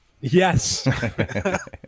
Yes